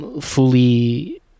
fully